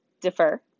defer